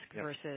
versus